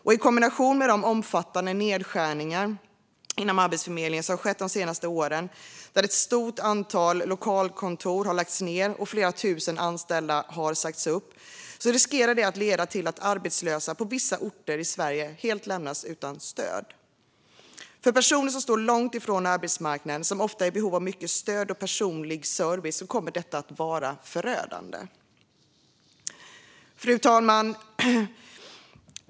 I kombination med de omfattande nedskärningar inom Arbetsförmedlingen som har skett de senaste åren, då ett stort antal lokalkontor har lagts ned och flera tusen anställda sagts upp, riskerar det att leda till att arbetslösa på vissa orter i Sverige lämnas helt utan stöd. För personer som står långt ifrån arbetsmarknaden, som ofta är i behov av mycket stöd och personlig service, kommer detta att vara förödande. Fru talman!